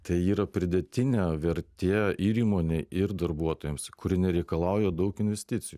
tai yra pridėtinė vertė ir įmonei ir darbuotojams kuri nereikalauja daug investicijų